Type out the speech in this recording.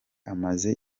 amaze